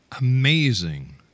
amazing